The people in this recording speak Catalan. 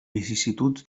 vicissituds